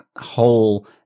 whole